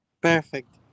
perfect